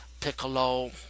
Piccolo